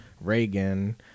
reagan